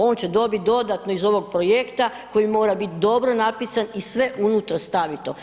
On će dobiti dodatno iz ovog projekta koji mora biti dobro napisan i sve unutra stavito.